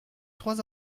trois